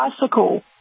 bicycle